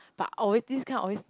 but always this kind always